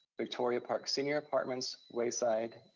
victoria park senior apartments, wayside,